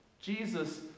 Jesus